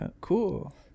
cool